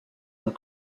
were